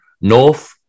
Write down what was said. North